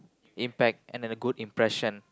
impact and a good impression